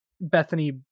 Bethany